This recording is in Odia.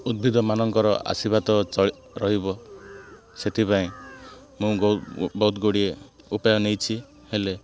ଉଦ୍ଭିଦମାନଙ୍କର ଆଶୀର୍ବାଦ ଚଳି ରହିବ ସେଥିପାଇଁ ମୁଁ ବହୁତ ଗୁଡ଼ିଏ ଉପାୟ ନେଇଛି ହେଲେ